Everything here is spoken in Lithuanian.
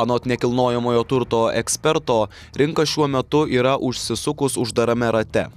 anot nekilnojamojo turto eksperto rinka šiuo metu yra užsisukus uždarame rate